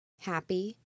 happy